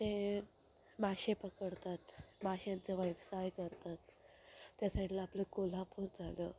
ते मासे पकडतात माशांचं व्यवसाय करतात त्या साइडला आपलं कोल्हापूर झालं